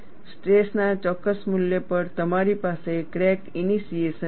stress ના ચોક્કસ મૂલ્ય પર તમારી પાસે ક્રેક ઈનીશીએશન છે